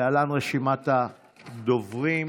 להלן רשימת הדוברים: